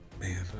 Man